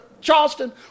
Charleston